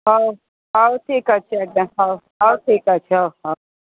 ହଉ ହଉ ଠିକ୍ ଅଛି ଆଜ୍ଞା ହଉ ହଉ ଠିକ୍ ଅଛି ହଉ ହଉ